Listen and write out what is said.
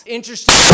Interesting